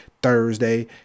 thursday